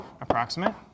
approximate